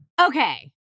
Okay